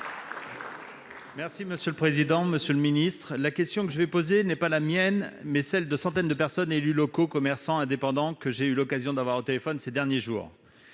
Les Républicains. Monsieur le ministre, la question que je vais poser n'est pas la mienne, mais celle de centaines de personnes- élus locaux, commerçants ou indépendants -à qui j'ai eu l'occasion de parler au téléphone ces derniers jours.